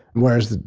whereas,